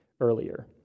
earlier